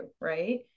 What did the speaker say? right